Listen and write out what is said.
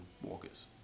walkers